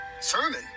sermon